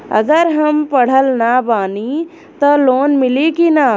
अगर हम पढ़ल ना बानी त लोन मिली कि ना?